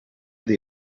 into